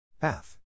Path